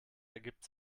ergibt